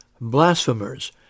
blasphemers